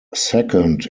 second